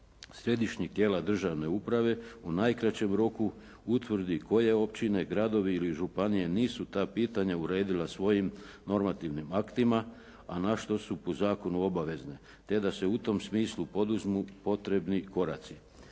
središnjeg tijela državne uprave u najkraćem roku utvrdi koje općine, gradovi ili županije nisu ta pitanja uredila svojim normativnim aktima, a na što su po zakonu obavezne, te da se u tom smislu poduzmu potrebni koraci.